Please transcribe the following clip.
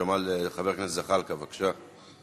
חבר הכנסת זחאלקה, בבקשה.